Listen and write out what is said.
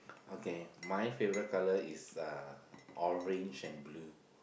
okay my favourite colour is uh orange and blue